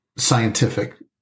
Scientific